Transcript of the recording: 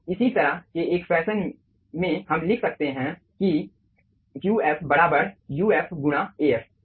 इसी तरह के एक फैशन में हम लिख सकते हैं कि Qf बराबर uf गुणा Af